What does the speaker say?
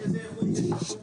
איזה איכות יש לשום הזה?